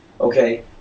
Okay